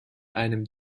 einem